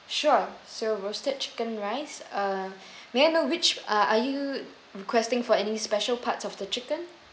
sure so roasted chicken rice uh may I know which uh are you requesting for any special part of the chicken